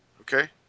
Okay